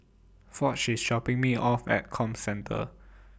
Foch IS dropping Me off At Comcentre